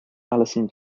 allison